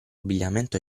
abbigliamento